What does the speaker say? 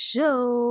Show